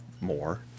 more